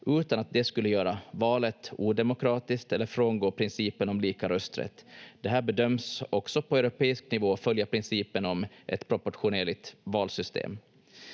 utan att det skulle göra valet odemokratiskt eller frångå principen om lika rösträtt. Det här bedöms också på europeisk nivå följa principen om ett proportionerligt valsystem.